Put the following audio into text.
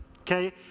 okay